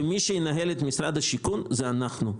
אבל מי שינהל את משרד השיכון זה אנחנו,